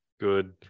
good